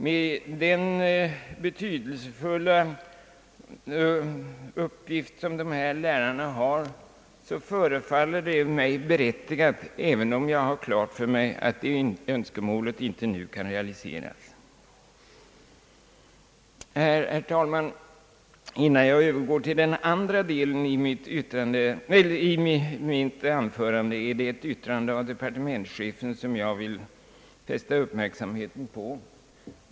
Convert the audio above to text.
Med den betydelsefulla uppgift som dessa lärare har förefaller det mig berättigat, även om jag har klart för mig att önskemålet nu inte kan realiseras. Herr talman! Innan jag övergår till den andra delen av mitt anförande är det ett yttrande av departementschefen, som jag vill fästa uppmärksamheten på.